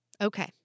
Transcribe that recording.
Okay